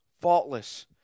faultless